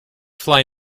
fly